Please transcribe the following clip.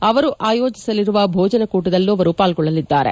ಅವರು ಆಯೋಜಿಸಲಿರುವ ಭೋಜನಕೂಟದಲ್ಲೂ ಅವರು ಪಾಲ್ಗೊಳ್ಳಲಿದ್ದಾರೆ